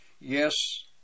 yes